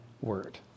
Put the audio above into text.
word